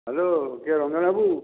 hello କିଏ ରଞ୍ଜନ ବାବୁ